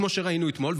כמו שראינו אתמול,